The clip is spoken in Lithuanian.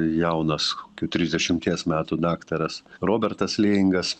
jaunas kokių trisdešimties metų daktaras robertas lingas